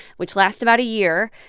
which lasts about a year.